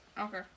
Okay